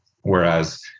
Whereas